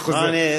אני חוזר.